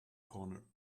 corner